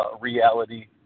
reality